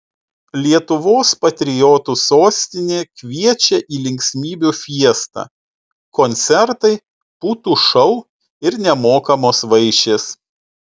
lietuvos patriotų sostinė kviečia į linksmybių fiestą koncertai putų šou ir nemokamos vaišės